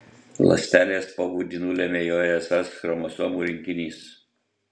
ląstelės pobūdį nulemia joje esąs chromosomų rinkinys